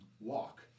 walk